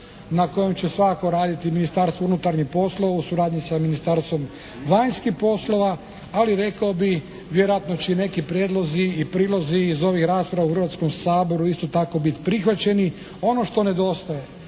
na kojem će svakako raditi Ministarstvo unutarnjih poslova u suradnji sa Ministarstvom vanjskih poslova, ali rekao bih vjerojatno će i neki prijedlozi i prilozi iz ovih rasprava u Hrvatskom saboru isto tako biti prihvaćeni. Ono što nedostaje